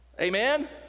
amen